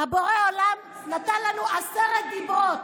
זה בסדר,